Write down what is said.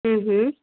हम्म हम्म